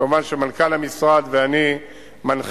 כמובן, מנכ"ל המשרד ואני מנחים.